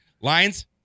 Lions